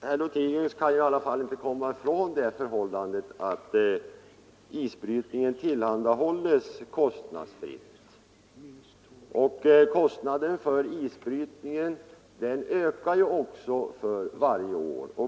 Herr talman! Herr Lothigius kan ju i alla fall inte komma ifrån det förhållandet att isbrytningen tillhandahålls kostnadsfritt. Kostnaden för isbrytningen ökar ju också för varje år.